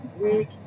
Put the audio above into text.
week